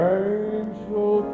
angel